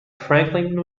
franklin